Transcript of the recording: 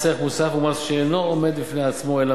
מס ערך מוסף הוא מס שאינו עומד בפני עצמו אלא